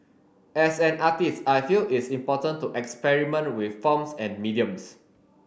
as an artist I feel it's important to experiment with forms and mediums